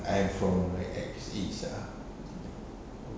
I'm from like ex E_E_S ah